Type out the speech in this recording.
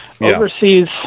Overseas